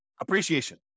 appreciation